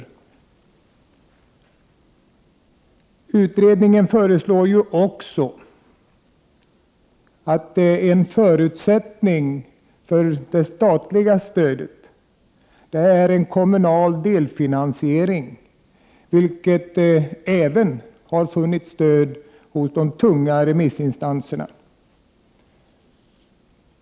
I utredningen föreslår man också att en förutsättning för det statliga stödet skall vara en kommunal delfinansiering. Detta förslag har även vunnit stöd hos de tunga remissinstanserna.